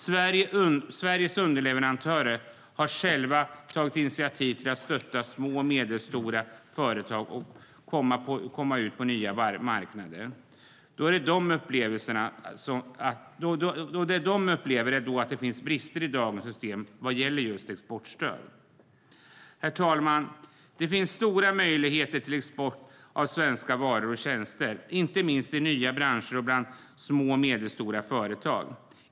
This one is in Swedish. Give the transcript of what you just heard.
Sveriges underleverantörer har själva tagit initiativ till att stötta små och medelstora företag att komma ut på nya marknader. De upplever att det finns brister i dagens system vad gäller just exportstöd. Herr talman! Det finns stora möjligheter till export av svenska varor och tjänster, inte minst i nya branscher och för små och medelstora företag.